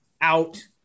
out